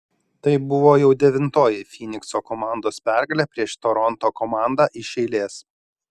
tai buvo jau devintoji fynikso komandos pergalė prieš toronto komandą iš eilės